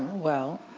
well,